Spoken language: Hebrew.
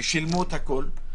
שילמו את הכול,